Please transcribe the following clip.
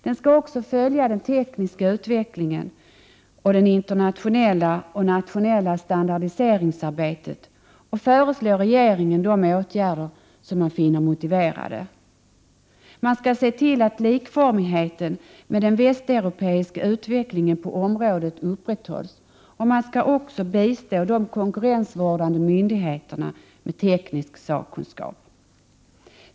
Den skall följa den tekniska utvecklingen och det internationella och nationella standardiseringsarbetet och föreslå regeringen de åtgärder som man finner motiverade. Man skall se till att likformigheten med den västeuropeiska utvecklingen på området upprätthålls. Man skall också bistå de konkurrensvårdande myndigheterna med teknisk sakkunskap.